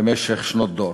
במשך שנות דור.